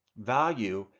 value,